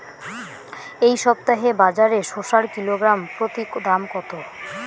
এই সপ্তাহে বাজারে শসার কিলোগ্রাম প্রতি দাম কত?